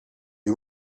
you